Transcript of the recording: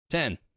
Ten